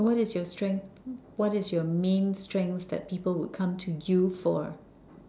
what is your strength what is your main strengths that people will come to you for